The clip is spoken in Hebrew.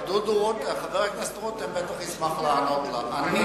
אבל חבר הכנסת רותם ודאי ישמח לענות לה, ודאי.